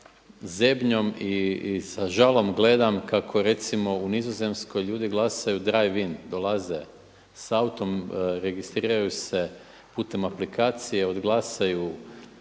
zebnjom i sa žalom gledam kako recimo u Nizozemskoj glasaju drive in, dolaze s autom, registriraju se putem aplikacije, odglasaju,